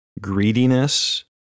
greediness